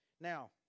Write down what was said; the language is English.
Now